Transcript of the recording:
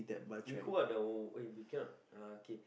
we who are the eh we cannot uh K